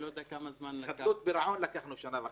אני לא יודע כמה זמן לקח --- לחדלות פירעון לקחנו שנה וחצי.